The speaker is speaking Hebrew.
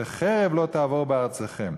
וחרב לא תעבֹר בארצכם".